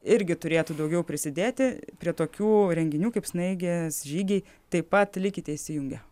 irgi turėtų daugiau prisidėti prie tokių renginių kaip snaigės žygiai taip pat likite įsijungę